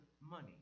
money